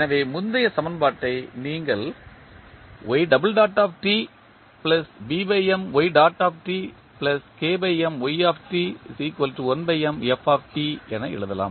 எனவே முந்தைய சமன்பாட்டை நீங்கள் என எழுதலாம்